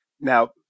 Now